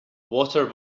water